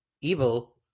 evil